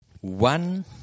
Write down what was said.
one